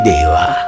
Deva